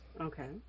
Okay